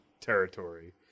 territory